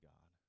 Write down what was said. God